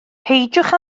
peidiwch